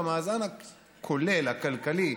במאזן הכולל הכלכלי,